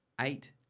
eight